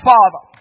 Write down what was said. Father